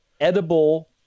edible